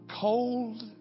cold